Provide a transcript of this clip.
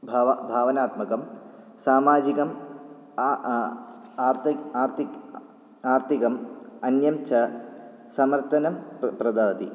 भव भावनात्मकं सामाजिकम् आ आ आर्तक् आर्तिक् आर्तिकम् अन्यं च समर्तनं प्र प्रददाति